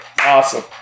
Awesome